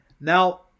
now